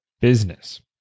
business